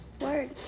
Word